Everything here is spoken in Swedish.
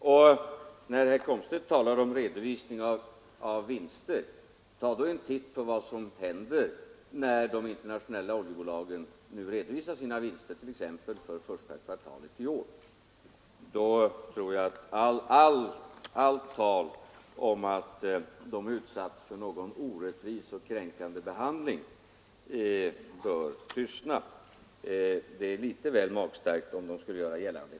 Med anledning av herr Komstedts uppgifter om vinstredovisningen vill jag uppmana herr Komstedt att ta en titt på de vinster som de internationella oljebolagen nu kommer att redovisa för första kvartalet i år. Då tror jag att allt tal om att dessa bolag utsatts för en orättvis och kränkande behandling bör tystna. Det skulle vara litet väl magstarkt om de själva hävdade något sådant.